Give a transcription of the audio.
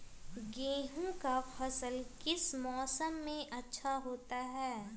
गेंहू का फसल किस मौसम में अच्छा होता है?